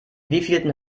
wievielten